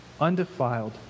undefiled